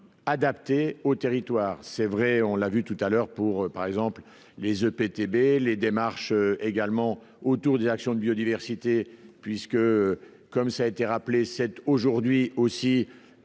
Adapté au territoire, c'est vrai, on l'a vu tout à l'heure pour par exemple les EPTB, les démarches également autour des actions de biodiversité, puisque, comme ça a été rappelé cette aujourd'hui aussi